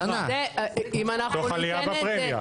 תוך עלייה בפרמיה.